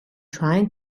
trying